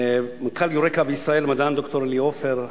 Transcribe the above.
מנכ"ל "יוריקה" בישראל המדען ד"ר אלי אופר,